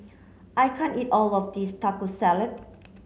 I can't eat all of this Taco Salad